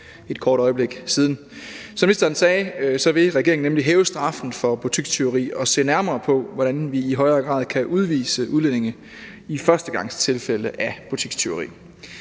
et kort øjeblik siden. Som ministeren sagde, vil regeringen nemlig hæve straffen for butikstyveri og se nærmere på, hvordan vi i højere grad kan udvise udlændinge i førstegangstilfælde af butikstyveri.